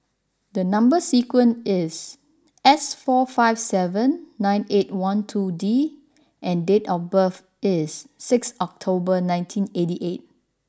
the number sequence is S four five seven nine eight one two D and date of birth is six October nineteen eighty eight